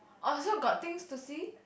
orh so got things to see